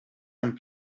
and